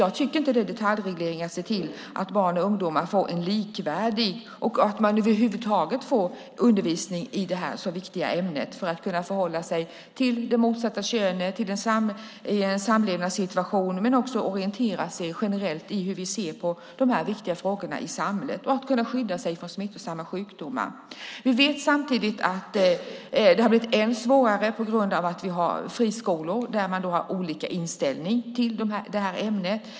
Jag tycker inte att det är detaljreglering att se till att barn och ungdomar får en likvärdig undervisning och att de över huvud taget får undervisning i detta så viktiga ämne. Det är viktigt för att de ska kunna förhålla sig till det motsatta könet, i en samlevnadssituation men också för att de ska kunna orientera sig generellt i hur vi ser på de här viktiga frågorna i samhället. Det handlar också om att kunna skydda sig från smittosamma sjukdomar. Vi vet samtidigt att det har blivit ännu svårare på grund av att vi har friskolor där man har olika inställning till det här ämnet.